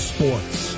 Sports